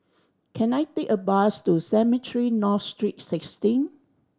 can I take a bus to Cemetry North Street Sixteen